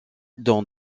dont